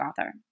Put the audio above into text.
author